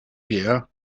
year